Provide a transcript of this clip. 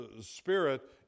spirit